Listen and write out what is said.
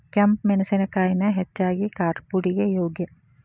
ಕೆಂಪ ಮೆಣಸಿನಕಾಯಿನ ಹೆಚ್ಚಾಗಿ ಕಾರ್ಪುಡಿಗೆ ಯೋಗ್ಯ